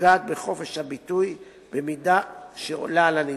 פוגעת בחופש הביטוי במידה שעולה על הנדרש.